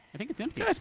i think it's empty.